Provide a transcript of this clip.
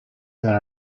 that